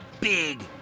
big